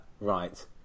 Right